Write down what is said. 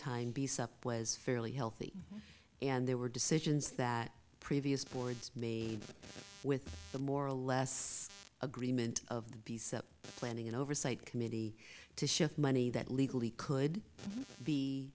time be sup was fairly healthy and there were decisions that previous boards made with the more or less agreement of the planning and oversight committee to shift money that legally could be